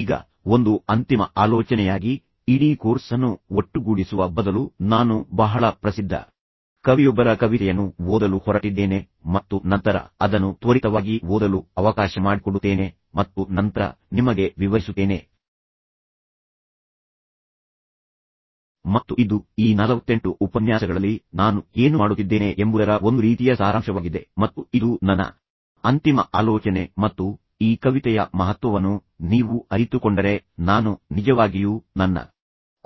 ಈಗ ಒಂದು ಅಂತಿಮ ಆಲೋಚನೆಯಾಗಿ ಇಡೀ ಕೋರ್ಸ್ ಅನ್ನು ಒಟ್ಟುಗೂಡಿಸುವ ಬದಲು ನಾನು ಬಹಳ ಪ್ರಸಿದ್ಧ ಕವಿಯೊಬ್ಬರ ಕವಿತೆಯನ್ನು ಓದಲು ಹೊರಟಿದ್ದೇನೆ ಮತ್ತು ನಂತರ ಅದನ್ನು ತ್ವರಿತವಾಗಿ ಓದಲು ಅವಕಾಶ ಮಾಡಿಕೊಡುತ್ತೇನೆ ಮತ್ತು ನಂತರ ನಿಮಗೆ ವಿವರಿಸುತ್ತೇನೆ ಮತ್ತು ಇದು ಈ 48 ಉಪನ್ಯಾಸಗಳಲ್ಲಿ ನಾನು ಏನು ಮಾಡುತ್ತಿದ್ದೇನೆ ಎಂಬುದರ ಒಂದು ರೀತಿಯ ಸಾರಾಂಶವಾಗಿದೆ ಮತ್ತು ಇದು ನನ್ನ ಅಂತಿಮ ಆಲೋಚನೆ ಮತ್ತು ಈ ಕವಿತೆಯ ಮಹತ್ವವನ್ನು ನೀವು ಅರಿತುಕೊಂಡರೆ ನಾನು ನಿಜವಾಗಿಯೂ ನನ್ನ